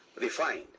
refined